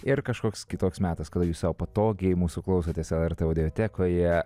ir kažkoks kitoks metas kada jūs sau patogiai mūsų klausotės lrt audiotekoje